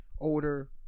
older